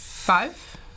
Five